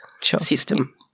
system